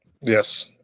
yes